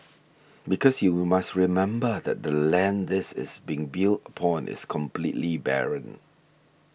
because you must remember that the land this is being built upon is completely barren